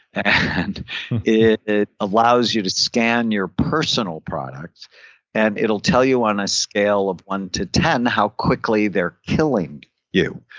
and it it allows you to scan your personal products and it will tell you on a scale of one to ten how quickly they're killing you.